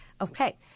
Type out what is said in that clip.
Okay